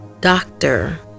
doctor